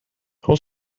how